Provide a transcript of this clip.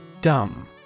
Dumb